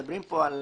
מדברים כאן על